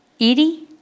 Edie